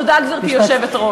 תודה, גברתי היושבת-ראש.